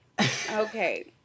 okay